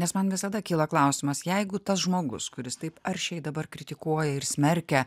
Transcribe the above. nes man visada kyla klausimas jeigu tas žmogus kuris taip aršiai dabar kritikuoja ir smerkia